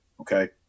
okay